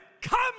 Come